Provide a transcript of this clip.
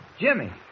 Jimmy